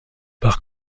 par